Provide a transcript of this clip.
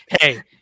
Hey